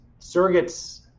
surrogates